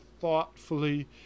thoughtfully